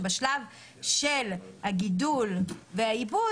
בשלב של הגידול והעיבוד,